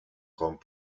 grand